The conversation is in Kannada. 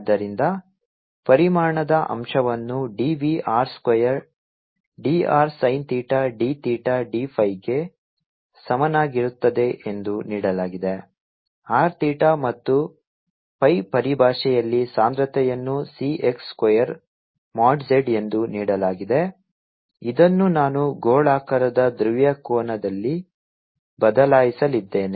ಆದ್ದರಿಂದ ಪರಿಮಾಣದ ಅಂಶವನ್ನು dv r square dr sin theta d theta d phi ಗೆ ಸಮನಾಗಿರುತ್ತದೆ ಎಂದು ನೀಡಲಾಗಿದೆ R theta ಮತ್ತು pi ಪರಿಭಾಷೆಯಲ್ಲಿ ಸಾಂದ್ರತೆಯನ್ನು C x square mod z ಎಂದು ನೀಡಲಾಗಿದೆ ಇದನ್ನು ನಾನು ಗೋಳಾಕಾರದ ಧ್ರುವೀಯ ಕೋನಲ್ಲಿ ಬದಲಾಯಿಸಲಿದ್ದೇನೆ